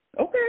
Okay